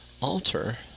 alter